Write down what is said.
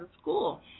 school